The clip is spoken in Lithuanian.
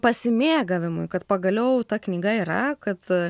pasimėgavimui kad pagaliau ta knyga yra kad